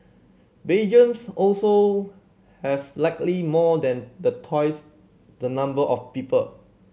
Belgiums also has slightly more than the twice the number of people